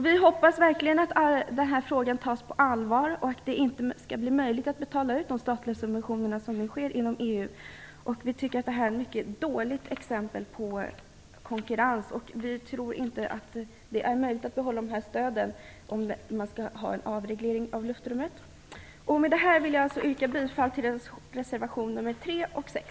Vi hoppas verkligen att den här frågan tas på allvar och att det inte skall bli möjligt att betala ut statliga subventioner, som nu sker inom EU. Vi tycker att detta är ett mycket dåligt exempel på konkurrens och tror inte att det är möjligt att behålla dessa stöd vid en avreglering av luftrummet. Med detta vill jag yrka bifall till reservationerna nr